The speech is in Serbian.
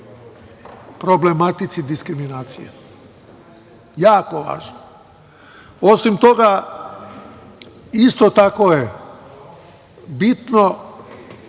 problematici diskriminacije, jako važno. Osim toga, isto tako je bitno